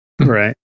Right